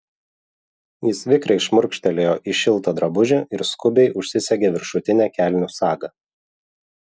jis vikriai šmurkštelėjo į šiltą drabužį ir skubiai užsisegė viršutinę kelnių sagą